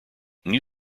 new